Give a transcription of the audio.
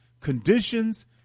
conditions